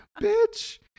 Bitch